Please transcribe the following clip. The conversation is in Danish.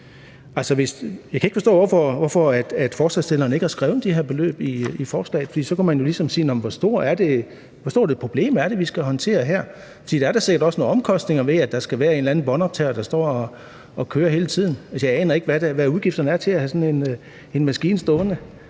Jeg kan ikke forstå, hvorfor forslagsstillerne ikke har skrevet de her beløb i forslaget, for så kunne man jo ligesom spørge: Hvor stort et problem er det, vi skal håndtere her? Der er da sikkert også nogle omkostninger ved, at der skal være en eller anden båndoptager, der står og kører hele tiden. Altså, jeg aner ikke, hvad udgifterne er til at have sådan en maskine stående.